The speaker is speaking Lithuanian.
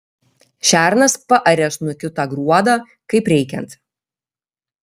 šernas paarė snukiu tą gruodą kaip reikiant